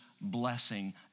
blessing